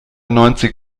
neunzig